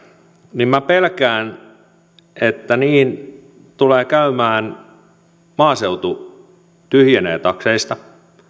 minä pelkään että tulee käymään niin että maaseutu tyhjenee takseista